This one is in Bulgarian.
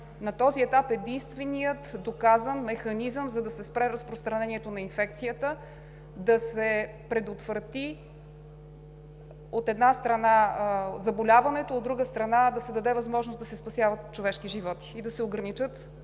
на този етап е единственият доказан механизъм да се спре разпространението на инфекцията, да се предотврати, от една страна, заболяването, от друга страна, да се даде възможност да се спасяват човешки животи и да се ограничат